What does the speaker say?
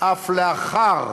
אף לאחר